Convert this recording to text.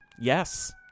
Yes